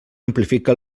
amplifica